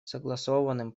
согласованным